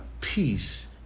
Peace